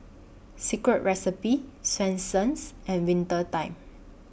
Secret Recipe Swensens and Winter Time